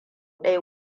ɗaya